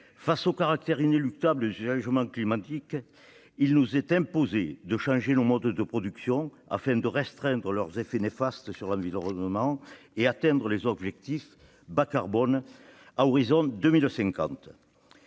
Face au caractère inéluctable du changement climatique, il nous est imposé de changer nos modes de production afin de restreindre leurs effets néfastes sur l'environnement et d'atteindre les objectifs bas-carbone à horizon 2050.